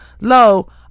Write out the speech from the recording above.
Lo